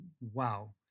wow